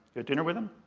had dinner with him?